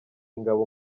ingabo